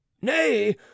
nay